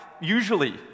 usually